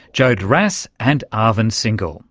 jo dorras and arvind singhal.